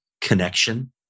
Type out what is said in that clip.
connection